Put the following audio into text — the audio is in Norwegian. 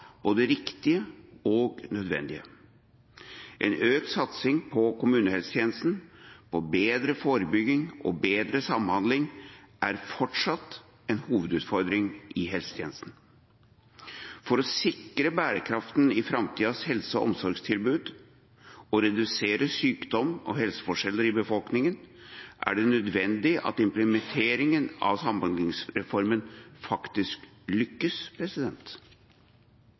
både riktige og nødvendige. En økt satsing på kommunehelsetjenesten, på bedre forebygging og bedre samhandling er fortsatt en hovedutfordring i helsetjenesten. For å sikre bærekraften i framtidens helse- og omsorgstilbud og redusere sykdom og helseforskjeller i befolkningen er det nødvendig at implementeringen av samhandlingsreformen faktisk lykkes.